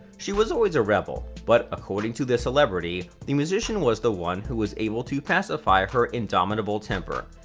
she was always a rebel, but, according to the celebrity, the musician was the one who was able to pacify her indomitable temper.